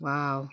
Wow